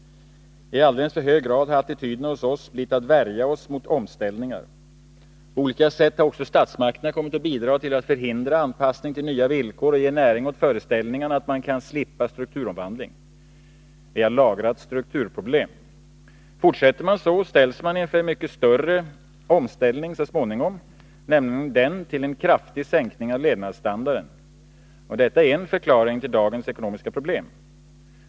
I alldeles för hög grad har attityderna hos oss blivit att värja sig mot omställningar. På olika sätt har också statsmakterna kommit att bidra till att förhindra anpassning till nya villkor och ge näring åt föreställningarna att man kan slippa strukturomvandling. Vi har lagrat strukturproblem. Fortsätter man så, ställs man inför en mycket större omställning så småningom, nämligen till en kraftig sänkning av levnadsstandarden. Detta är en förklaring till dagens ekonomiska problem.